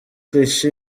clichy